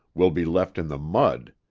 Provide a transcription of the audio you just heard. will be left in the mud.